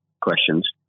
questions